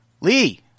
lee